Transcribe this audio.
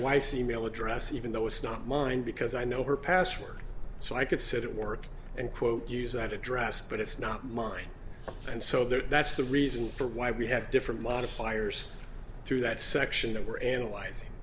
wife's email address even though it's not mine because i know her password so i could sit at work and quote use that address but it's not mine and so that's the reason for why we have different modifiers through that section that we're analyzing